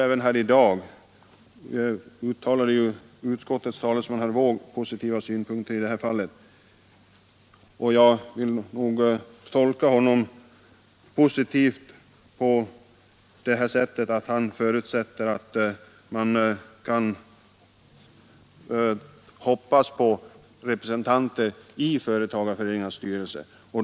Även här i dag har utskottets talesman herr Wååg uttalat positiva synpunkter på denna fråga. Jag vill tolka honom positivt och tro att han förutsätter att man kan hoppas på att få representanter i företagarföreningarnas styrelser.